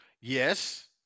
Yes